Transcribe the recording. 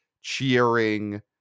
cheering